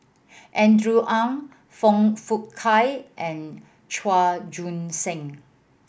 Andrew Ang Foong Fook Kay and Chua Joon Siang